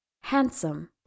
Handsome